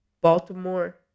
Baltimore